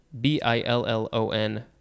B-I-L-L-O-N